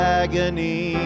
agony